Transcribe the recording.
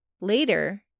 Later